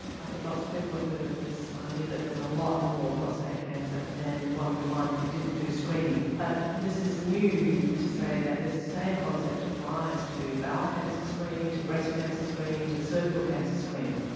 i think lots of people have heard of this idea that there's a lot more prostate cancer than one would find if you didn't do screening. but this is new to say that the same concept applies to bowel cancer screening, to breast cancer screening, to cervical cancer screening.